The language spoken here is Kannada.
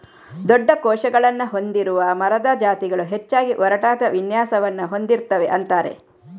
ದೊಡ್ಡ ಕೋಶಗಳನ್ನ ಹೊಂದಿರುವ ಮರದ ಜಾತಿಗಳು ಹೆಚ್ಚಾಗಿ ಒರಟಾದ ವಿನ್ಯಾಸವನ್ನ ಹೊಂದಿರ್ತವೆ ಅಂತಾರೆ